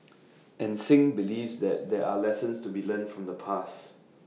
and Singh believes that there are lessons to be learnt from the past